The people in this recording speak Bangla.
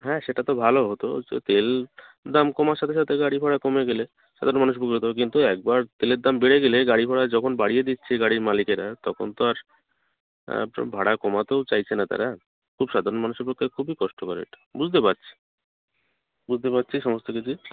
হ্যাঁ সেটা তো ভালো হতো তেল দাম কমার সাথে সাথে গাড়ি ঘোড়া কমে গেলে সাধারণ মানুষ উপকার পেত কিন্তু একবার তেলের দাম বেড়ে গেলে গাড়ি ঘোড়া যখন বাড়িয়ে দিচ্ছে গাড়ির মালিকেরা তখন তো আর আর তো ভাড়া কমাতেও চাইছে না তারা খুব সাধারণ মানুষের পক্ষে খুবই কষ্টকর এটা বুঝতে পারছি বুঝতে পারছি সমস্ত কিছুই